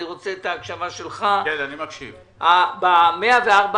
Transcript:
אני רוצה את ההקשבה שלך ב-104 עמותות